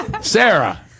Sarah